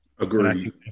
Agree